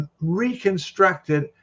reconstructed